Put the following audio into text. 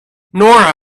nora